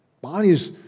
Bodies